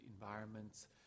environments